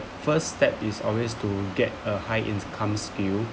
first step is always to get a high income's skill